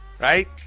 right